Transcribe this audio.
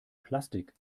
plastik